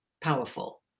powerful